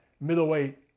middleweight